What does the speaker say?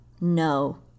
No